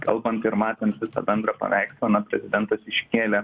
kalbant ir matant visą bendrą paveikslą na prezidentas iškėlė